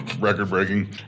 record-breaking